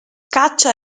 caccia